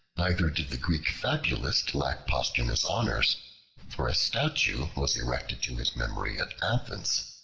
neither did the great fabulist lack posthumous honors for a statue was erected to his memory at athens,